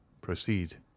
proceed